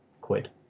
quid